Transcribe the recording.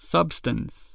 Substance